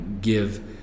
give